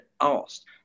asked